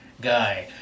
Guy